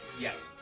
Yes